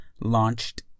launched